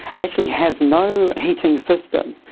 actually has no heating system,